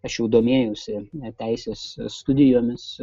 aš jau domėjausi teisės studijomis